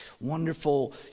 wonderful